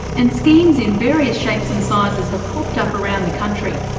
and schemes in various shapes and sizes have popped up around the country.